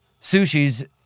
sushis